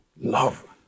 love